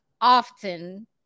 often